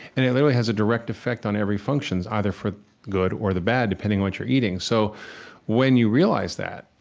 and it literally has a direct effect on every function, either for good or the bad, depending on what you're eating so when you realize that,